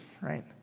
right